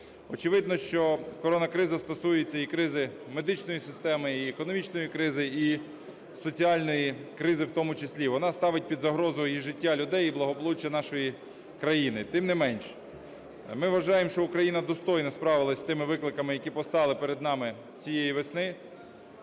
Очевидно, що коронакриза стосується і кризи медичної системи, і економічної кризи, і соціальної кризи в тому числі. Вона ставить під загрозу і життя людей, і благополуччя нашої країни. Тим не менше, ми вважаємо, що Україна достойно справилася з тими викликами, які постали перед нами цієї вести.